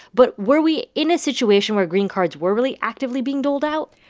but were we in a situation where green cards were really actively being doled out?